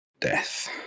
Death